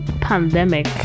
pandemic